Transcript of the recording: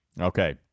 Okay